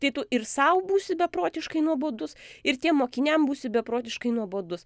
tai tu ir sau būsi beprotiškai nuobodus ir tiem mokiniam būsi beprotiškai nuobodus